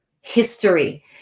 history